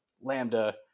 lambda